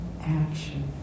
action